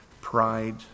pride